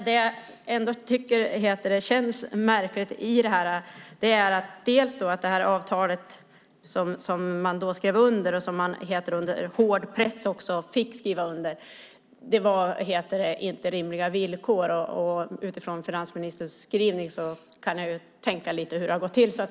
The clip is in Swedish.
Det som känns märkligt är att det avtal som man under hård press fick skriva under inte hade rimliga villkor. Utifrån finansministerns skrivning kan jag tänka lite hur det har gått till.